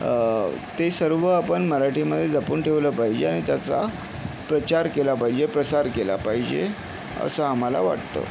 ते सर्व आपण मराठीमधे जपून ठेवलं पाहिजे आणि त्याचा प्रचार केला पाहिजे प्रसार केला पाहिजे असं आम्हाला वाटतं